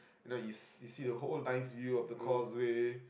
you know you see you see the nice view of the causeway